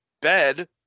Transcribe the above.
bed